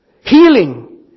Healing